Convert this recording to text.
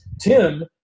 Tim